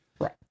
Right